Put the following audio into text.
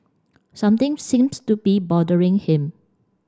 something seems to be bothering him